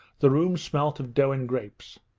the room smelt of dough and grapes.